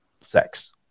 sex